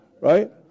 right